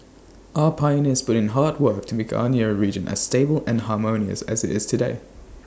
our pioneers put in hard work to make our nearer region as stable and harmonious as IT is today